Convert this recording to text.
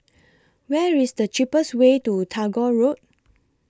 Where IS The cheapest Way to Tagore Road